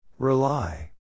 Rely